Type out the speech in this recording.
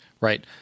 right